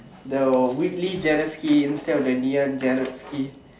the weakly Jereck Ski instead of the Ngee-Ann Jereck Ski